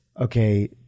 okay